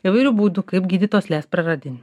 įvairių būdų kaip gydyt uoslės praradimą